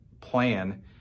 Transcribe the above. plan